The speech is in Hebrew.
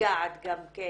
נפגעת גם כן,